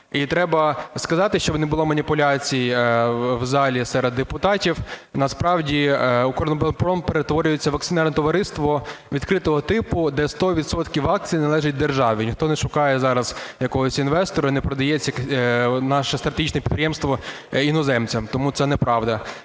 І треба сказати, що не було маніпуляцій в залі серед депутатів, насправді, "Укроборонпром" перетворюється в акціонерне товариство відкритого типу, де 100 відсотків акцій належить державі. Ніхто не шукає зараз якогось інвестора і не продає це наше стратегічне підприємство іноземцям, тому це не правда.